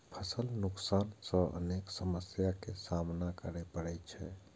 फसल नुकसान सं अनेक समस्या के सामना करै पड़ै छै